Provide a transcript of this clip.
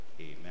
Amen